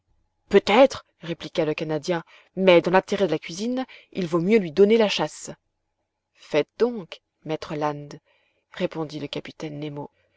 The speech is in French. peut-être répliqua le canadien mais dans l'intérêt de la cuisine il vaut mieux lui donner la chasse faites donc maître land répondit le capitaine nemo